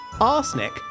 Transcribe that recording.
arsenic